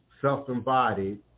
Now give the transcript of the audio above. self-embodied